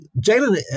Jalen